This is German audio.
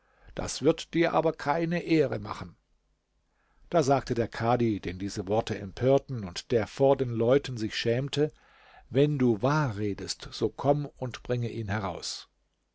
das wird dir aber keine ehre machen da sagte der kadhi den diese worte empörten und der vor den leuten sich schämte wenn du wahr redest so komm und bringe ihn heraus